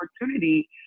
opportunity